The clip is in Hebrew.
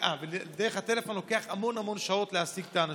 ודרך הטלפון לוקח המון המון שעות להשיג את האנשים.